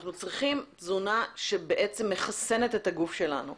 אנחנו צריכים תזונה שבעצם מחסנת את הגוף שלנו,